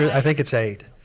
i think it's eight.